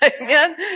Amen